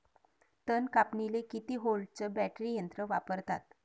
तन कापनीले किती व्होल्टचं बॅटरी यंत्र वापरतात?